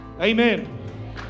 amen